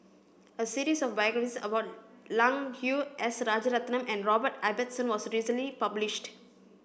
a series of biographies about Lang Hui S Rajaratnam and Robert Ibbetson was recently published